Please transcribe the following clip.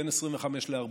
בין 25 ל-40.